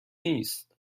نیست